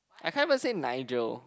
I can't even say Nigel